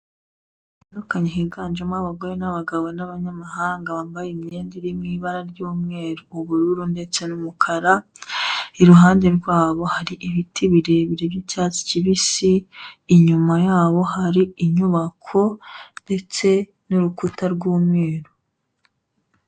Abantu batandukanye higanjemo abagore n'abagabo n'abanyamahanga bambaye imyenda iri mu ibara ry'umweru, ubururu ndetse n'umukara, iruhande rwabo hari ibiti birebire by'icyatsi kibisi, inyuma yabo hari inyubako ndetse n'urukuta rw'umweru.